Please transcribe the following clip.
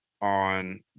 on